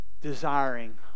desiring